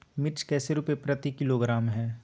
मिर्च कैसे रुपए प्रति किलोग्राम है?